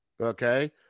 Okay